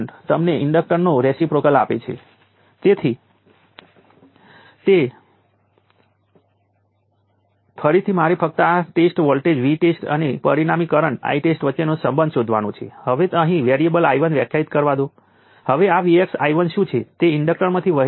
તેથી આ એક સમાન સીધી રેખા છે જે મૂલ્ય તે અહીં પહોંચે છે t બરાબર 10 માઇક્રો સેકન્ડ આ મૂલ્ય 5 વોલ્ટ અને આ મૂલ્ય 5 મિલી એમ્પ્સનું પ્રોડક્ટ છે